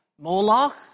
Moloch